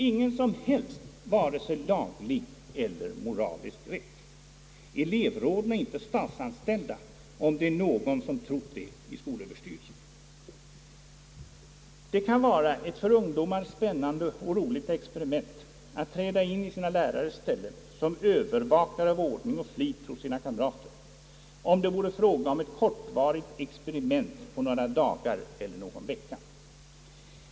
Ingen som helst vare sig laglig eller moralisk rätt föreligger! Elevråden är inte statsanställda, om det är någon som trott det i skolöverstyrelsen. Det kunde vara ett för ungdomar spännande och roligt experiment att träda in i sina lärares ställe som övervakare av ordning och flit hos sina kamrater, om det vore fråga om ett kortvarigt experiment på några dagar eller någon vecka.